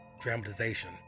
dramatization